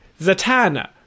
Zatanna